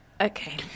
Okay